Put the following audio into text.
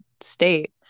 state